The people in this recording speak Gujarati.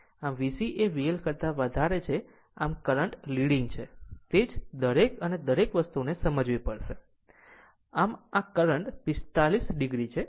આમ VC એ VL કરતા વધારે છે આમ જ કરંટ લીડીગ છે તે જ દરેક અને દરેક વસ્તુને સમજવી પડશે આમ જ આ કરંટ 45 o છે